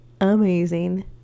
amazing